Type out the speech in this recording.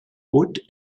haute